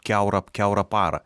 kiaurą kiaurą parą